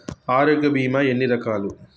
ఆరోగ్య బీమా ఎన్ని రకాలు?